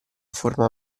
forma